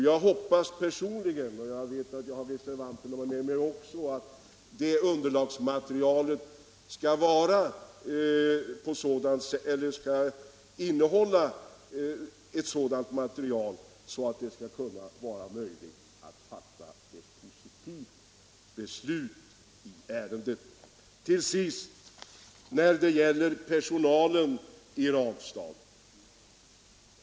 Jag hoppas — jag vet att jag också har reservanterna med mig — att det underlagsmaterialet skall vara sådant att man kan fatta ett positivt beslut i ärendet. Till sist en kommentar när det gäller personalen i Ranstad.